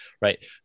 Right